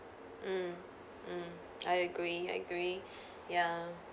mm mm I agree I agree ya